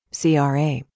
CRA